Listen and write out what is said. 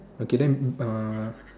okay then uh